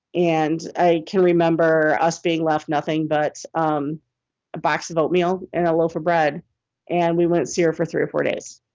and i can remember us being left nothing but um a box of oatmeal and a loaf of bread and we wouldn't see her for three or four days.